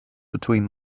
between